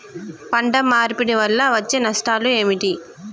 పంట మార్పిడి వల్ల వచ్చే నష్టాలు ఏమిటి?